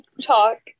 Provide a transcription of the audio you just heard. talk